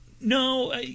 No